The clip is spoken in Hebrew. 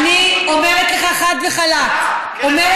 אני אומרת לך חד וחלק, אוקיי.